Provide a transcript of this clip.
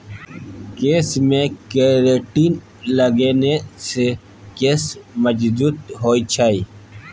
केशमे केरेटिन लगेने सँ केश मजगूत होए छै